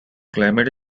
climate